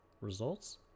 results